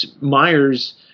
Myers